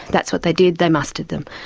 that's what they did, they mustered them.